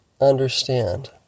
understand